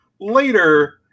later